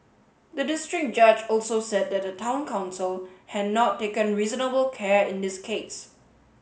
the district judge also said that the Town Council had not taken reasonable care in this case